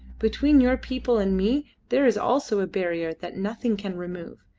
between your people and me there is also a barrier that nothing can remove.